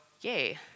yay